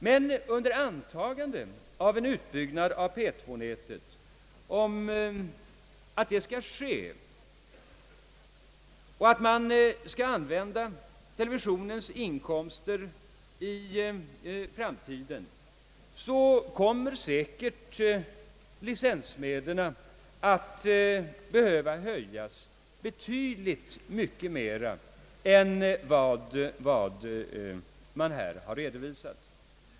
Men under antagande av att en utbyggnad av P 2-nätet skall ske och att man skall använda televisionens inkomster i framtiden, så kommer säkert licensmedlen att behöva höjas betydligt mycket mera än vad man har redovisat.